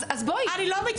אז בואי --- לא,